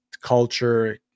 culture